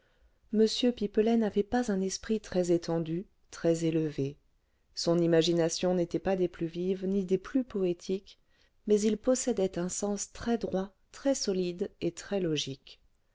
m pipelet n'avait pas un esprit très étendu très élevé son imagination n'était pas des plus vives ni des plus poétiques mais il possédait un sens très droit très solide et très logique